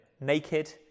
Naked